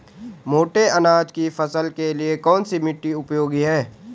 मोटे अनाज की फसल के लिए कौन सी मिट्टी उपयोगी है?